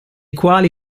quali